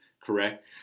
correct